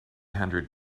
hundred